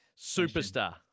Superstar